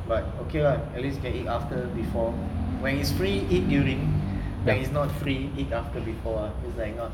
but okay lah at least you can eat after before where is free it during when it's not free eat after before is like not